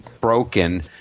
broken